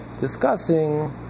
discussing